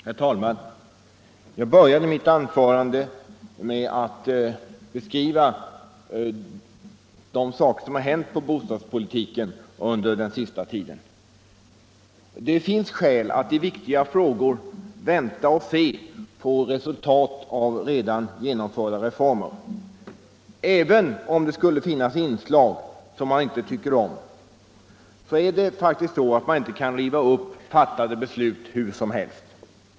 Herr talman! Jag började mitt förra anförande med att beskriva vad som har hänt inom bostadspolitiken under den senaste tiden. Det finns skäl för att i viktiga frågor vänta och se på resultatet av redan genomförda reformer. Även om det skulle finnas inslag som man inte tycker om, kan man inte riva upp fattade beslut hur som helst.